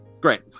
Great